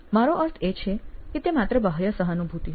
મારો અર્થ એ છે કે તે માત્ર બાહ્ય સહાનુભૂતિ હતી